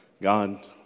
God